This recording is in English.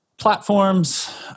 platforms